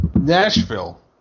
Nashville